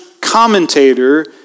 commentator